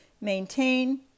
Maintain